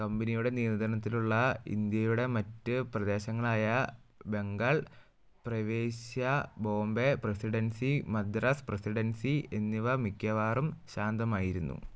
കമ്പനിയുടെ നിയന്ത്രണത്തിലുള്ള ഇന്ത്യയുടെ മറ്റ് പ്രദേശങ്ങളായ ബംഗാൾ പ്രവിശ്യ ബോംബെ പ്രസിഡൻസി മദ്രാസ് പ്രസിഡൻസി എന്നിവ മിക്കവാറും ശാന്തമായിരുന്നു